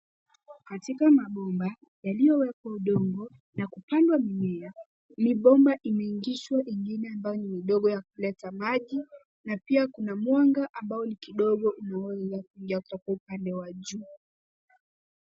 Katika mabomba yaliyowekwa udongo na kupandwa mimea, mibomba imeingishwa ingine ambayo ni midogo ya kuleta maji na pia kuna mwanga ambao ni kidogo unaoweza kuingia kutoka upande wa juu.